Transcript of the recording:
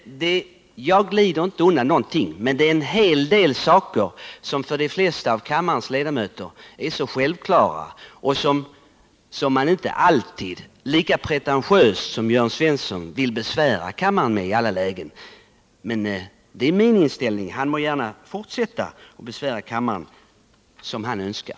Jag glider inte undan någonting, men det finns en hel del saker som för de flesta av kammarens ledamöter är så självklara att vi inte lika pretentiöst som Jörn Svensson vill besvära kammaren med dem i alla lägen. Det är min inställning; Jörn Svensson må gärna fortsätta att besvära kammaren som han önskar.